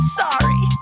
sorry